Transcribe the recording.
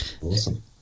Awesome